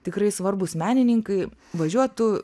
tikrai svarbūs menininkai važiuotų